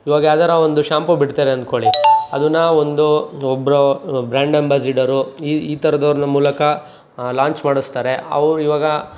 ಇವಾಗ ಯಾವ್ದಾರೂ ಒಂದು ಶಾಂಪು ಬಿಡ್ತಾರೆ ಅಂದ್ಕೊಳ್ಳಿ ಅದನ್ನ ಒಂದು ಒಬ್ಬರೋ ಬ್ರ್ಯಾಂಡ್ ಅಂಬಾಸಿಡರು ಈ ಈ ಥರದವ್ರನ್ನ ಮೂಲಕ ಲಾಂಚ್ ಮಾಡಿಸ್ತಾರೆ ಅವ್ರು ಇವಾಗ